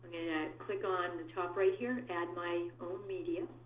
click on the top right here, add my own media.